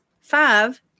five